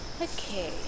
Okay